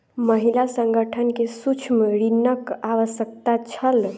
महिला संगठन के सूक्ष्म ऋणक आवश्यकता छल